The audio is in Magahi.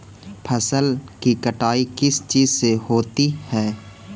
फसल की कटाई किस चीज से होती है?